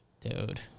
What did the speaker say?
dude